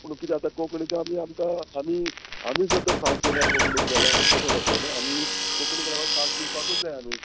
पूण कितें आतां कोंकणीचो आमी आमकां आमी आमीच जर तर सात दिना कोंकणीक जाल्यार आमी कशें जातलें न्हू आमी कोंकणीक लागून सात दिवपाकूच जाय आमी